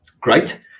great